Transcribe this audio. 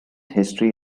history